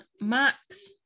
Max